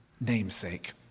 namesake